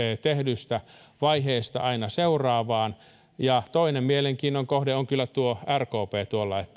tehdystä vaiheesta aina seuraavaan ja toinen mielenkiinnon kohde on kyllä tuo rkp tuolla